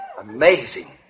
Amazing